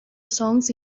songs